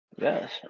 Yes